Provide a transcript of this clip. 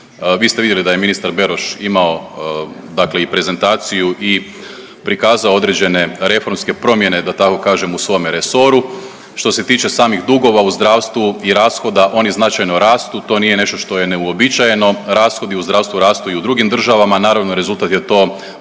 Vi ste vidjeli da je ministar Beroš imao i prezentaciju i prikazao određene reformske promjene da tako kažem u svome resoru. Što se tiče samih dugova u zdravstvu i rashoda oni značajno rastu, to nije nešto što je neuobičajeno. Rashodi u zdravstvu rastu i u drugim državama, naravno rezultat je to